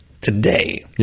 today